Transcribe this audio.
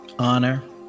honor